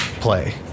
play